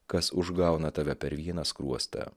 kas užgauna tave per vieną skruostą